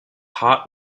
heart